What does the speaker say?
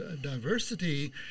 diversity